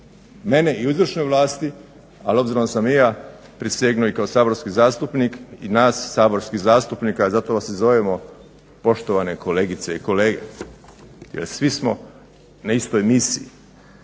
mene i u izvršnoj vlasti, ali obzirom da sam i ja prisegnuo i kao saborski zastupnik i nas saborskih zastupnika zato vas i zovemo poštovane kolegice i kolege, jer svi smo na istoj misiji.